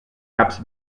caps